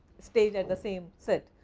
stage at the same set.